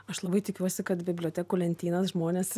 aš labai tikiuosi kad bibliotekų lentynas žmonės